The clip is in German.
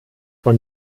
von